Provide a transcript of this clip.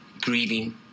grieving